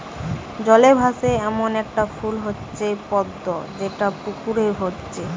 জলে ভাসে এ্যামন একটা ফুল হচ্ছে পদ্ম যেটা পুকুরে হচ্ছে